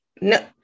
No